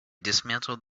dismantled